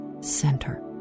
center